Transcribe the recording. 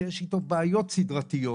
שיש איתו בעיות סדרתיות,